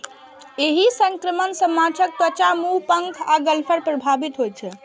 एहि संक्रमण सं माछक त्वचा, मुंह, पंख आ गलफड़ प्रभावित होइ छै